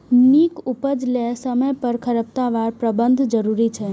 नीक उपज लेल समय पर खरपतवार प्रबंधन जरूरी छै